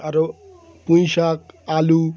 আরও পুঁই শাক আলু